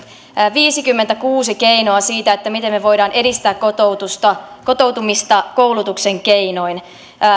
viisikymmentäkuusi keinoa siitä miten me voimme edistää kotoutumista kotoutumista koulutuksen keinoin